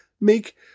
make